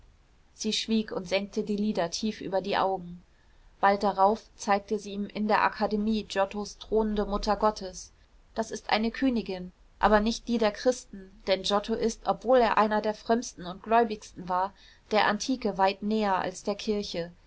sie schwieg und senkte die lider tief über die augen bald darauf zeigte sie ihm in der akademie giottos thronende mutter gottes das ist eine königin aber nicht die der christen denn giotto ist obwohl er einer der frömmsten und gläubigsten war der antike weit näher als der kirche